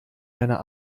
deiner